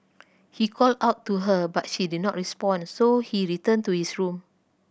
he called out to her but she did not respond so he returned to his room